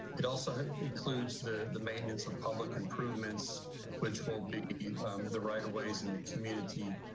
it also includes the, the maintenance of public improvements which will be the right ways in the community,